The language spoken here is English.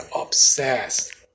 obsessed